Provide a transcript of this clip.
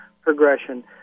progression